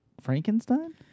Frankenstein